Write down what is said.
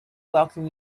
welcome